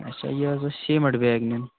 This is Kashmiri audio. اچھا یہِ حظ ٲسۍ سیٖمیٛنٹ بیگ نِنۍ